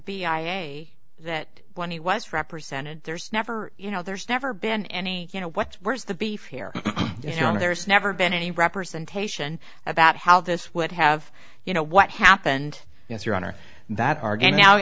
a that when he was represented there's never you know there's never been any you know what's where's the beef here you know there's never been any representation about how this would have you know what happened yes your honor that are going